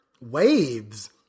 waves